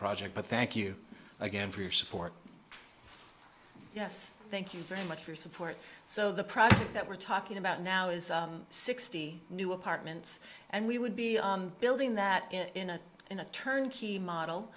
project but thank you again for your support yes thank you very much for support so the process that we're talking about now is sixty new apartments and we would be building that in a in a turnkey model